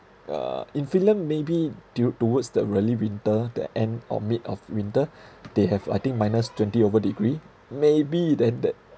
uh in finland maybe dur~ towards the really winter the end or mid of winter they have I think minus twenty over degree maybe then that